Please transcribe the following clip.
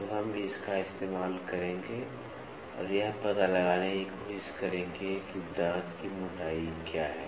तो हम इसका इस्तेमाल करेंगे और यह पता लगाने की कोशिश करेंगे कि दांत की मोटाई क्या है